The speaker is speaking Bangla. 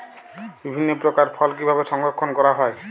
বিভিন্ন প্রকার ফল কিভাবে সংরক্ষণ করা হয়?